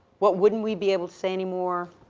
what wouldn't we be able to say anymore